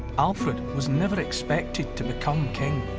alfred was never expected to become king.